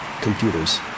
computers